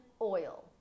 oil